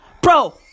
Bro